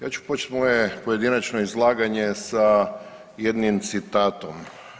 Ja ću početi moje pojedinačno izlaganje sa jednim citatom.